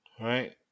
right